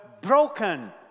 broken